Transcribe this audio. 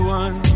one